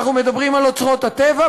אנחנו מדברים על אוצרות הטבע,